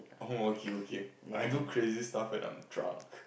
oh okay okay I do crazy stuffs when I'm drunk